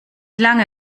lange